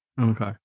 okay